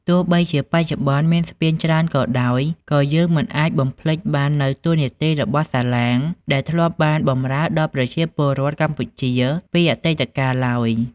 ទោះបីជាបច្ចុប្បន្នមានស្ពានច្រើនក៏ដោយ ក៏យើងមិនអាចបំភ្លេចបាននូវតួនាទីរបស់សាឡាងដែលធ្លាប់បានបម្រើដល់ប្រជាពលរដ្ឋកម្ពុជាពីអតីតកាលឡើយ។